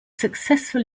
successful